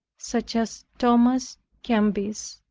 such as thomas a'kempis,